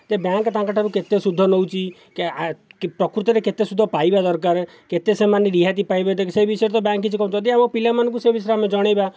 bank ତାଙ୍କଠାରୁ କେତେ ସୁଧ ନଉଛି ପ୍ରକୃତରେ କେତେ ସୁଧ ପାଇବା ଦରକାରେ କେତେ ସେମାନେ ରିହାତି ପାଇବେ ତ ସେଇ ବିଷୟରେ ତ ବ୍ୟାଙ୍କ୍ କିଛି କହୁନି ଯଦି ଆମ ପିଲାମାନଙ୍କୁ ସେ ବିଷୟରେ ଆମେ ଜଣାଇବା